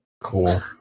Cool